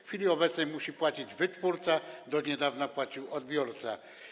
W chwili obecnej musi płacić wytwórca, do niedawna płacił odbiorca.